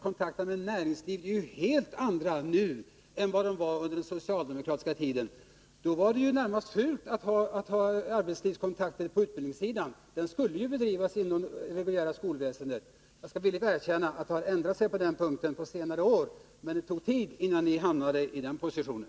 Kontakterna med näringslivet är nu helt andra än de var under den socialdemokratiska regeringstiden. Då var det närmast fult att ha arbetslivskontakter på utbildningssidan. Verksamheten skulle då helt bedrivas inom det reguljära skolväsendet. Jag skall villigt erkänna att det har skett förändringar på den punkten på senare år, men det tog tid innan ni hamnade i den positionen.